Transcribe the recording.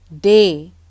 day